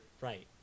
Right